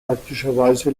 praktischerweise